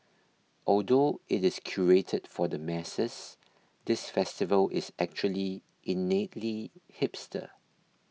although it is curated for the masses this festival is actually innately hipster